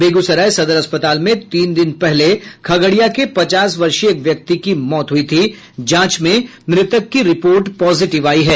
बेगूसराय सदर अस्पताल में तीन दिन पहले खगड़िया के पचास वर्षीय एक व्यक्ति की मौत हुई थी जांच में मृतक की रिपोर्ट पॉजिटिव आयी है